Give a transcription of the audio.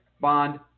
bond